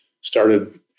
started